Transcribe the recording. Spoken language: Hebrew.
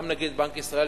גם נגיד בנק ישראל,